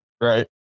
Right